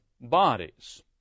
bodies